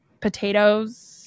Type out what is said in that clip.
potatoes